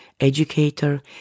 educator